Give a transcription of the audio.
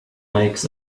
makes